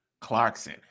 Clarkson